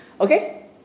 Okay